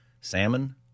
salmon